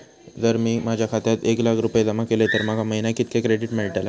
जर मी माझ्या खात्यात एक लाख रुपये जमा केलय तर माका महिन्याक कितक्या क्रेडिट मेलतला?